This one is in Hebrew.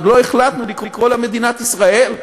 עוד לא החלטנו לקרוא לה מדינת ישראל.